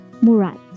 Murat